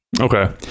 Okay